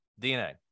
DNA